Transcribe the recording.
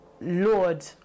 Lord